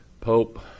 Pope